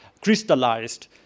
crystallized